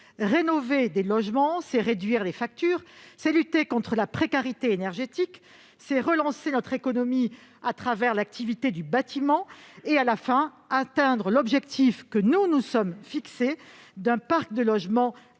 Rénover des logements, c'est réduire les factures, lutter contre la précarité énergétique, relancer notre économie à travers l'activité du bâtiment et, au bout du compte, atteindre l'objectif que nous nous sommes fixé d'un parc de logements